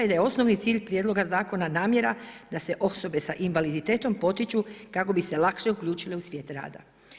osnovni cilj prijedloga zakona namjera da se osobe sa invaliditetom potiču kako bi se lakše uključile u svijet rada.